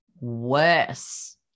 worse